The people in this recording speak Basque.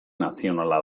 nazionala